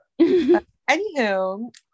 Anywho